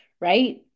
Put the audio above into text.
right